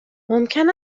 ممکن